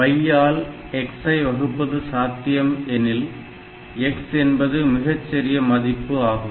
y ஆல் x ஐ வகுப்பது சாத்தியம் எனில் x என்பது மிகச் சிறிய மதிப்பு ஆகும்